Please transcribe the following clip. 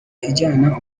ijyana